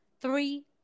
Three